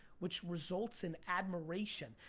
which results in admiration.